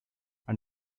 and